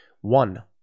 One